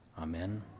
Amen